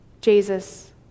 Jesus